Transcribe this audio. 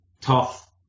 tough